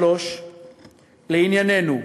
3. לענייננו,